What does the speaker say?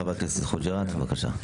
חבר הכנסת חוג'יראת, בבקשה.